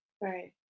Right